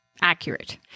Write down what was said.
accurate